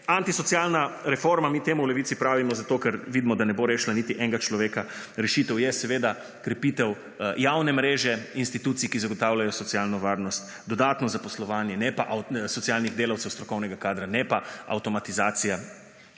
antisocialna reforma, mi temu v Levici pravimo zato, ker vidimo, da ne bo rešila niti enega človeka. Rešitev je seveda krepitev javne mreže institucij, ki zagotavljajo socialno varnost, dodatno zaposlovanje socialnih delavcev, strokovnega kadra. Ne pa avtomatizacija